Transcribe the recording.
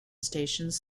stations